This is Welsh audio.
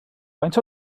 faint